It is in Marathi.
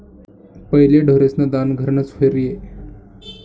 पहिले ढोरेस्न दान घरनंच र्हाये